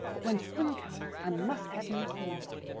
but when spring comes, i must have new plumage.